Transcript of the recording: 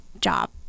job